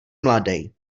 mladej